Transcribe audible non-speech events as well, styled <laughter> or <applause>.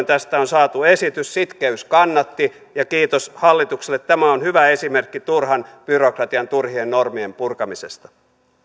<unintelligible> tästä on saatu esitys sitkeys kannatti ja kiitos hallitukselle tämä on hyvä esimerkki turhan byrokratian turhien normien purkamisesta